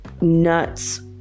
nuts